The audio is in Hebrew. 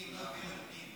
להעביר לפנים.